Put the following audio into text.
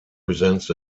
presents